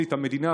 והלאה,